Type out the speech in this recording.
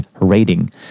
rating